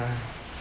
uh